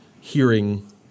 hearing